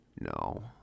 No